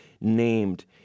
named